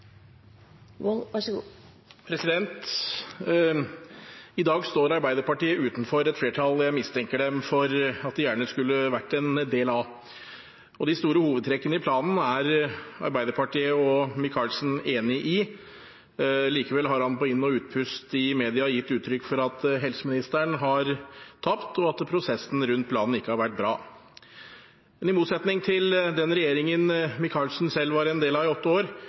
I dag står Arbeiderpartiet utenfor et flertall jeg mistenker dem for at de gjerne skulle vært en del av. De store hovedtrekkene i planen er Arbeiderpartiet og Micaelsen enig i. Likevel har han på inn- og utpust i media gitt uttrykk for at helseministeren har tapt, og at prosessen rundt planen ikke har vært bra. Men i motsetning til den regjeringen Micaelsen selv var en del av i åtte år,